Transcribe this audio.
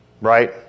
Right